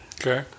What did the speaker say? Okay